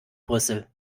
brüssel